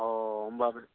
अ होमबा